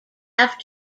have